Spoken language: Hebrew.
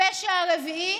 הפשע השלישי,